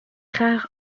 rare